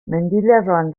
mendilerroan